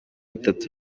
itatu